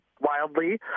wildly